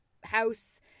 house